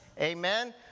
Amen